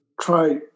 try